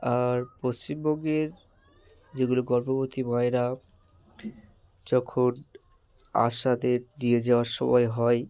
আর পশ্চিমবঙ্গের যেগুলো গর্ভবতী মায়েরা যখন আশাদের দিয়ে যাওয়ার সময় হয়